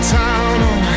town